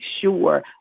sure